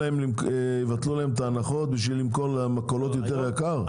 הם יבטלו להם את ההנחות בשביל למכור למכולות ביותר יקר?